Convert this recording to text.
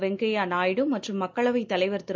வெங்கப்யா நாயுடு மற்றும் மக்களவை தலைவர் திரு